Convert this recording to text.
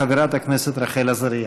חברת הכנסת רחל עזריה.